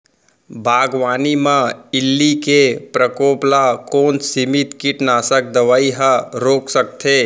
बागवानी म इल्ली के प्रकोप ल कोन सीमित कीटनाशक दवई ह रोक सकथे?